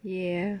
ya